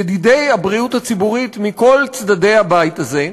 ידידי הבריאות הציבורית מכל צדדי הבית הזה,